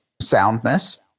soundness